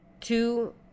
Two